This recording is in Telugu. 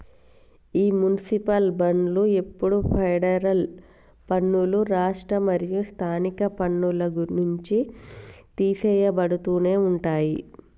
ఈ మునిసిపాల్ బాండ్లు ఎప్పుడు ఫెడరల్ పన్నులు, రాష్ట్ర మరియు స్థానిక పన్నుల నుంచి తీసెయ్యబడుతునే ఉంటాయి